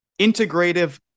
integrative